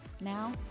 Now